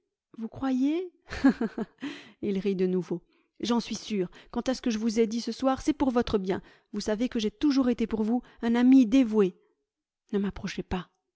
vous croyez il rit de nouveau j'en suis sûr quant à ce que je vous ai dit ce soir c'est pour votre bien vous savez que j'ai toujours été pour vous un ami dévoué ne m'approchez pas